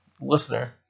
listener